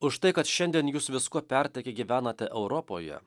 už tai kad šiandien jus viskuo pertekę gyvenate europoje